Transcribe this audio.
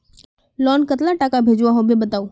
Loan कतला टाका भेजुआ होबे बताउ?